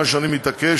מה שאני מתעקש